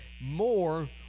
more